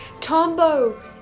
Tombo